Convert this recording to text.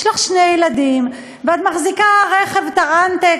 יש לך שני ילדים ואת מחזיקה רכב טרנטע,